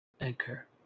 Anchor